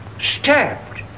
Stabbed